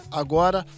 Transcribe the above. agora